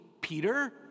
Peter